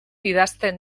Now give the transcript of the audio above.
idazten